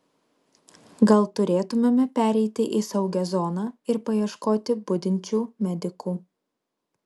gal turėtumėme pereiti į saugią zoną ir paieškoti budinčių medikų